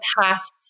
past